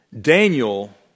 Daniel